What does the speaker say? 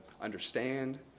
understand